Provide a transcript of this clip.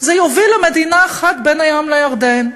זה יוביל למדינה אחת בין הים לירדן,